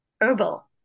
herbal